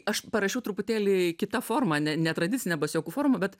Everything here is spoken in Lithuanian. aš parašiau truputėlį kita forma ne netradicine basioku forma bet